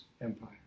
empire